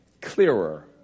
Clearer